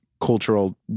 Cultural